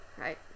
right